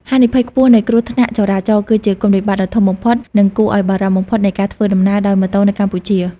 ហានិភ័យខ្ពស់នៃគ្រោះថ្នាក់ចរាចរណ៍ គឺជាគុណវិបត្តិដ៏ធំបំផុត និងគួរឱ្យបារម្ភបំផុតនៃការធ្វើដំណើរដោយម៉ូតូនៅកម្ពុជា។